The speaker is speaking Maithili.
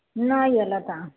नहि यऽ लताम